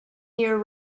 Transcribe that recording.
year